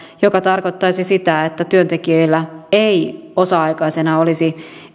joka tarkoittaisi sitä että työntekijöillä ei osa aikaisina olisi